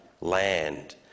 land